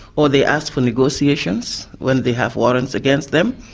or they ask for negotiations when they have warrants against them,